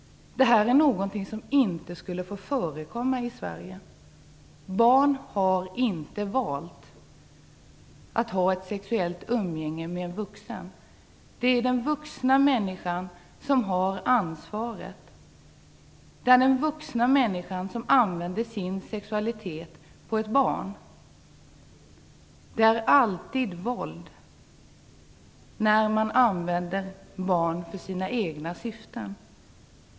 Detta är något som inte borde få förekomma i Sverige. Barn har inte valt att ha ett sexuellt umgänge med en vuxen. Det är den vuxna människan som har ansvaret. Det är den vuxna människan som använder sin sexualitet på ett barn. Det är alltid våld när man använder barn för sina egna syften.